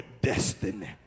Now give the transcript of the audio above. destiny